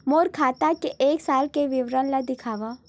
मोर खाता के एक साल के विवरण ल दिखाव?